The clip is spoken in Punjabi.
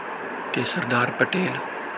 ਅਤੇ ਸਰਦਾਰ ਪਟੇਲ